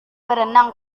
berenang